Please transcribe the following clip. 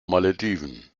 malediven